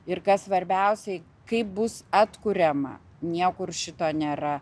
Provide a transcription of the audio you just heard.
ir kas svarbiausiai kaip bus atkuriama niekur šito nėra